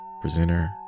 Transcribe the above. presenter